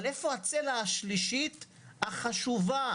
אבל איפה הצלע השלישית החשובה?